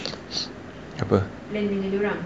apa